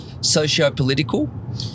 socio-political